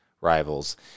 Rivals